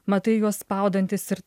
matai juos spaudantys ir